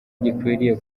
gikwiriye